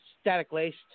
static-laced